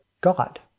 God